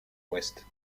ouest